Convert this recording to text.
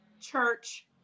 church